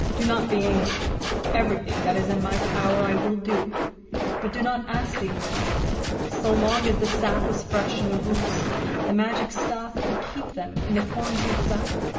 do not be angry everything that is in my power i will do but do not ask the impossible. so long as the sap was fresh in the roots the magic staff could keep them in the forms you desired,